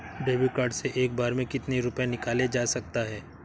David card से एक बार में कितनी रूपए निकाले जा सकता है?